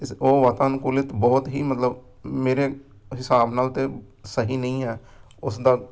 ਇਸ ਉਹ ਵਾਤਾਅਨੂਕੁਲਿਤ ਬਹੁਤ ਹੀ ਮਤਲਬ ਮੇਰੇ ਹਿਸਾਬ ਨਾਲ ਤਾਂ ਸਹੀ ਨਹੀਂ ਹੈ ਉਸ ਦਾ